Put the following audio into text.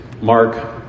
Mark